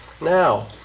Now